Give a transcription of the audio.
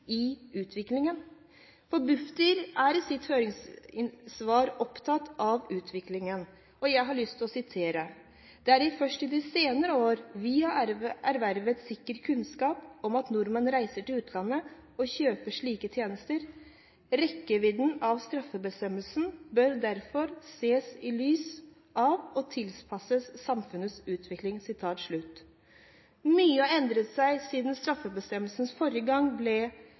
i lys av utviklingen. Bufdir er i sitt høringssvar opptatt av utviklingen, og jeg har lyst til å sitere: «Det er først i de senere år vi har ervervet sikker kunnskap om at nordmenn reiser til utlandet og kjøper slike tjenester. Rekkevidden av straffebestemmelsen bør derfor ses i lys av og tilpasses samfunnets utvikling.» Mye har endret seg siden straffebestemmelsen forrige gang ble